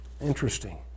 Interesting